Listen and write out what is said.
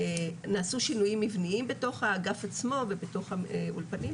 נעשו שינויים מבניים בתוך האגף עצמו ובתוך האולפנים,